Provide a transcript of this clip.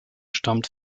stammt